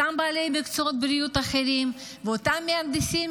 את אותם בעלי מקצועות בריאות אחרים ואת אותם מהנדסים,